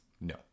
No